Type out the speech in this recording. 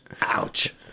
Ouch